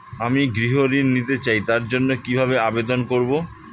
আমি গৃহ ঋণ নিতে চাই তার জন্য কিভাবে আবেদন করব?